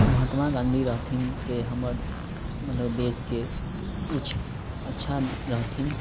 महत्मा गाँधी रहथिन से हमर मतलब देशके किछु अच्छा रहथिन